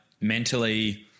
mentally